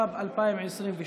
התשפ"ב 2022,